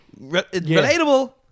relatable